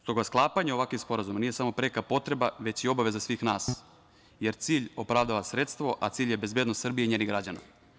S toga, sklapanje ovakvih sporazuma nije samo preka potreba, već i obaveza svih nas, jer cilj opravdava sredstvo, a cilj je bezbednost Srbije i njenih građana.